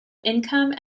income